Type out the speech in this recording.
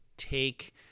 take